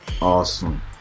Awesome